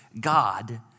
God